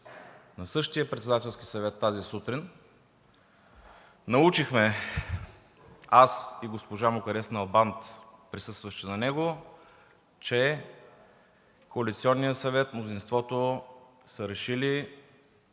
На същия Председателски съвет тази сутрин научихме аз и госпожа Мукаддес Налбант, присъстващи на него, че коалиционният съвет, мнозинството са решили,